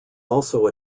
also